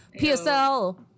PSL